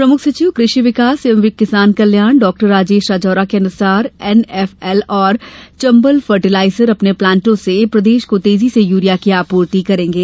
प्रमुख सचिव कृषि विकास एवं किसान कल्याण डॉ राजेश राजौरा के अनुसार एनएफएल और चम्बल फर्टिलाइजर अपने प्लांटों से प्रदेश को तेजी से यूरिया की आपूर्ति करेंगे